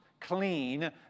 clean